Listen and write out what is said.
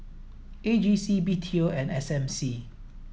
A G C B T O and S M C